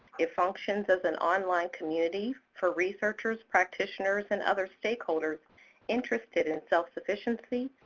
it functions as an online community for researchers, practitioners, and other stakeholders interested in self-sufficiency,